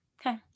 Okay